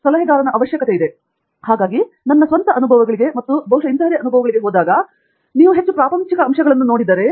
professor Andrew Thangaraj ಹಾಗಾಗಿ ನನ್ನ ಸ್ವಂತ ಅನುಭವಗಳಿಗೆ ಮತ್ತು ಬಹುಶಃ ಅಂತಹುದೇ ಅನುಭವಗಳಿಗೆ ಹೋಗುವಾಗ ನೀವು ಹೆಚ್ಚು ಪ್ರಾಪಂಚಿಕ ಅಂಶಗಳನ್ನು ನೋಡಿದರೆ